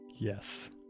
Yes